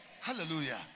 hallelujah